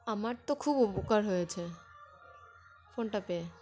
আমার তো খুব উপকার হয়েছে ফোনটা পেয়ে